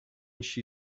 she